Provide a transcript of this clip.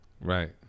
Right